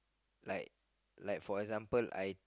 like like for example I